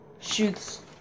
shoots